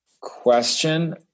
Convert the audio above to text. question